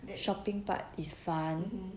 that shopping part is fun